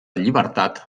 llibertat